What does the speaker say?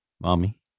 Mommy